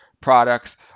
products